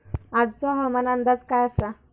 आजचो हवामान अंदाज काय आसा?